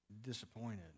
Disappointed